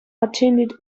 attended